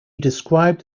described